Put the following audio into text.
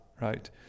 right